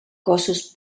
cossos